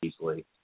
easily